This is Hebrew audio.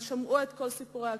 שמעו את כל סיפורי הקרב,